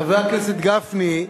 חבר הכנסת גפני,